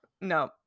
No